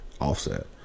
offset